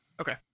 Okay